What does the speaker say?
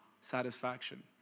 satisfaction